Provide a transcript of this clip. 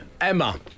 Emma